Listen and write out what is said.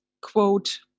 quote